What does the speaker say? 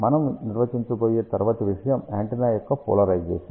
మనం నిర్వచించబోయే తదుపరి విషయం యాంటెన్నా యొక్క పోలరైజేషన్